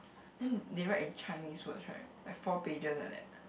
then they write in Chinese words right like four pages like that